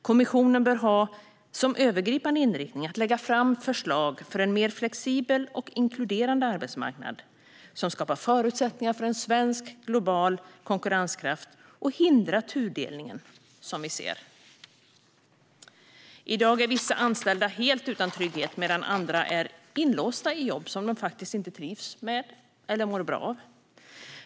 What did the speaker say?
Kommissionen bör ha som övergripande inriktning att lägga fram förslag för en mer flexibel och inkluderande arbetsmarknad som skapar förutsättningar för svensk global konkurrenskraft och hindrar den tudelning som vi ser. I dag är vissa anställda helt utan trygghet, medan andra är inlåsta i jobb som de inte trivs med eller mår bra av.